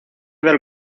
del